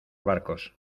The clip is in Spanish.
barcos